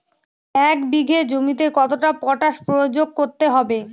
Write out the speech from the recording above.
এক বিঘে জমিতে কতটা পটাশ প্রয়োগ করতে হবে?